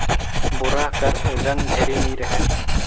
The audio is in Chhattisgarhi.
बोरा कर ओजन ढेर नी रहें